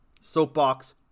Soapbox